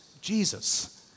Jesus